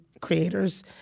creators